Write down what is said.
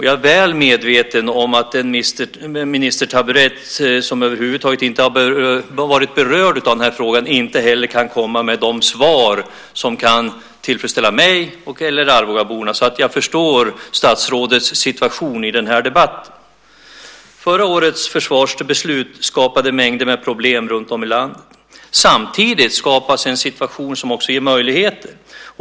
Jag är väl medveten om att en ministertaburett som över huvud taget inte har varit berörd av frågan inte heller kan komma med de svar som kan tillfredsställa mig eller arbogaborna. Jag förstår statsrådets situation i debatten. Förra årets försvarsbeslut skapade mängder med problem runtom i landet. Samtidigt skapas en situation som också ger möjligheter.